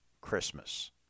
Christmas